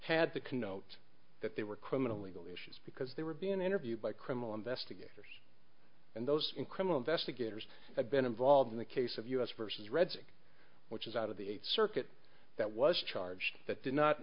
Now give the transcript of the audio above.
had to connote that they were criminal legal issues because they were being interviewed by criminal investigators and those in criminal investigators have been involved in the case of us vs reds which is out of the eight circuit that was charged that did not